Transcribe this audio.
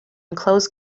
close